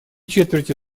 четверти